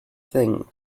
thing